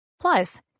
Plus